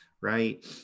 right